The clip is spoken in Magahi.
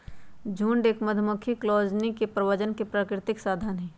झुंड एक मधुमक्खी कॉलोनी के प्रजनन के प्राकृतिक साधन हई